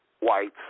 whites